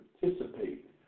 participate